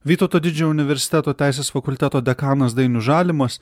vytauto didžiojo universiteto teisės fakulteto dekanas dainius žalimas